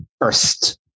first